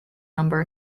number